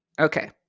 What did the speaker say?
Okay